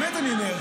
באמת אני אומר,